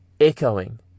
echoing